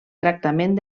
tractament